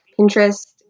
Pinterest